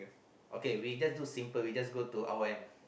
okay we just do simple we just go to R_O_M